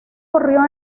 corrió